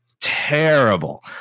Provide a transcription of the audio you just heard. terrible